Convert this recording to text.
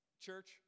Church